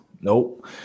Nope